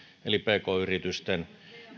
eli pk yritysten